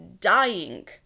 dying